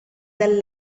dal